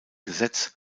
gesetz